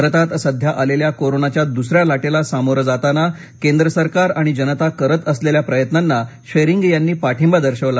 भारतात सध्या आलेल्या कोरोनाच्या दुसऱ्या लाटेला समोरं जाताना केंद्र सरकार आणि जनता करत असलेल्या प्रयत्नांना त्शेरिंग यांनी पाठींबा दर्शवला